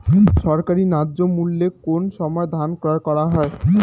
সরকারি ন্যায্য মূল্যে কোন সময় ধান ক্রয় করা হয়?